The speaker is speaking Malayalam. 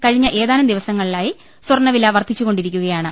കഴിഞ്ഞ ഏതാനും ദിവസങ്ങ ളായി സ്വർണവില വർധിച്ചുകൊണ്ടിരിക്കുകയാണ്